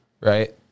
right